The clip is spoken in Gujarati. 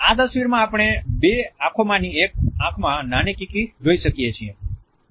આ તસવીરમાં આપણે બે આંખોમાની એક આંખમાં નાની કીકી જોઈ શકી છીએ